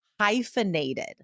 hyphenated